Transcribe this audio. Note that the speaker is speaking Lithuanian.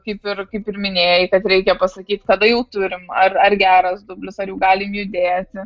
kaip ir kaip ir minėjai kad reikia pasakyt kada jau turim ar ar geras dublis ar jau galim judėti